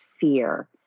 fear